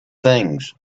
things